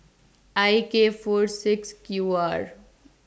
I K four six Q R